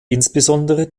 insbesondere